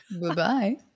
Goodbye